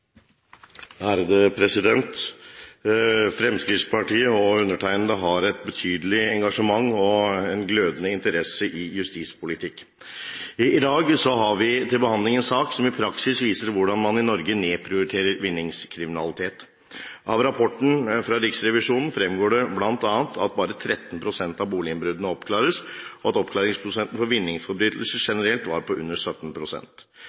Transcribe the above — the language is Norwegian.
Fremskrittspartiet og undertegnede har et betydelig engasjement og en glødende interesse for justispolitikk. I dag har vi til behandling en sak som i praksis viser hvordan man i Norge nedprioriterer vinningskriminalitet. Av rapporten fra Riksrevisjonen fremgår det bl.a. at bare 13 pst. av boliginnbruddene oppklares, og at oppklaringsprosenten for vinningsforbrytelser